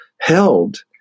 held